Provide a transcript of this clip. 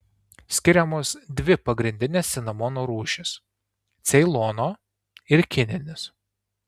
skiriamos dvi pagrindinės cinamono rūšys ceilono ir kininis